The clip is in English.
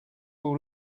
will